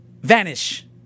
vanish